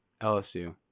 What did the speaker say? LSU